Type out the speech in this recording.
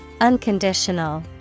Unconditional